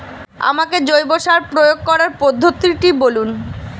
আমাকে জৈব সার প্রয়োগ করার পদ্ধতিটি বলুন?